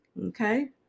okay